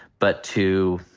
but to,